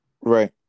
right